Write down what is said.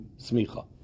smicha